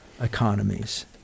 economies